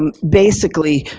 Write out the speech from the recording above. um basically,